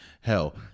Hell